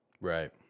right